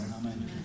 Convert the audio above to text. Amen